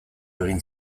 egin